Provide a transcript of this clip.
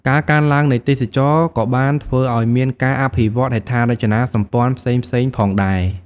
ការកើនឡើងនៃទេសចរណ៍ក៏បានធ្វើឲ្យមានការអភិវឌ្ឍន៍ហេដ្ឋារចនាសម្ព័ន្ធផ្សេងៗផងដែរ។